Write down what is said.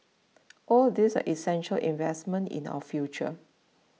all these are essential investments in our future